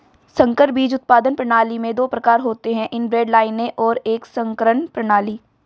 संकर बीज उत्पादन प्रणाली में दो प्रकार होते है इनब्रेड लाइनें और एक संकरण प्रणाली